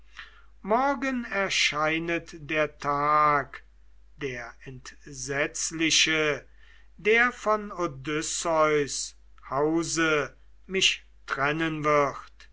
morgen erscheinet der tag der entsetzliche der von odysseus hause mich trennen wird